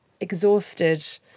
exhausted